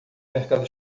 mercado